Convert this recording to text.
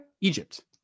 Egypt